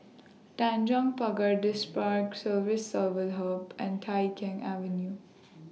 Tanjong Pagar Distripark Civil Service Hub and Tai Keng Avenue